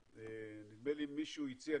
נדמה לי מישהו הציע,